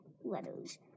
letters